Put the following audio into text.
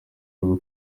rwo